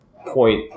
point